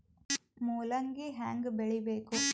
ಮೂಲಂಗಿ ಹ್ಯಾಂಗ ಬೆಳಿಬೇಕು?